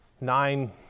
nine